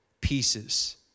pieces